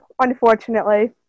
unfortunately